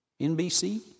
NBC